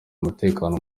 umutekano